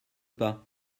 pas